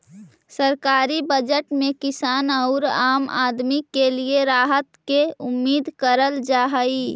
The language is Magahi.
सरकारी बजट में किसान औउर आम आदमी के लिए राहत के उम्मीद करल जा हई